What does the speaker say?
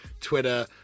twitter